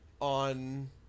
on